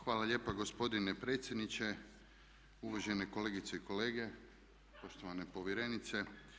Hvala lijepa gospodine predsjedniče, uvažene kolegice i kolege, poštovana povjerenice.